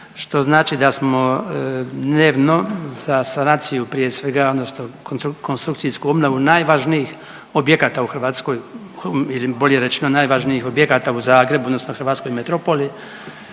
što znači da smo dnevno za sanaciju prije svega odnosno konstrukcijsku obnovu najvažnijih objekata u Hrvatskoj ili bolje rečeno najvažnijih objekata u Zagrebu odnosno hrvatskoj metropoli,